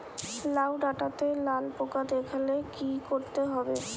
লাউ ডাটাতে লাল পোকা দেখালে কি করতে হবে?